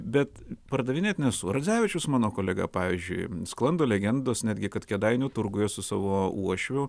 bet pardavinėt nesu radzevičius mano kolega pavyzdžiui sklando legendos netgi kad kėdainių turguje su savo uošviu